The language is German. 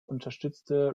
unterstützte